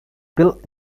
built